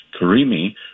karimi